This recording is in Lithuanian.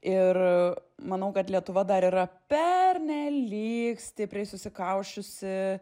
ir manau kad lietuva dar yra pernelyg stipriai susikausčiusi